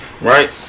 right